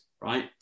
right